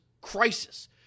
crisis